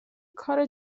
کار